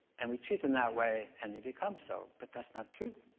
and we treat them that way, and they become so. but that's not true.